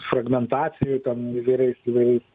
fragmentacijų ten įvairiais įvairiais